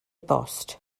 bost